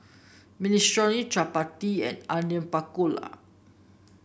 Minestrone Chapati and Onion Pakora